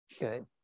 Good